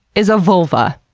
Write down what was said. is a vulva,